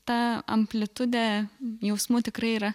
ta amplitudė jausmų tikrai yra